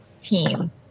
team